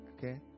Okay